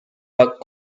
buck